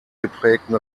geprägten